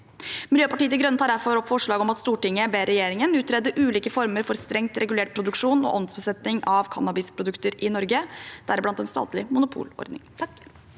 Miljøpartiet De Grønne tar derfor opp forslaget om at «Stortinget ber regjeringen utrede ulike former for strengt regulert produksjon og omsetning av cannabisprodukter i Norge, deriblant en statlig monopolordning».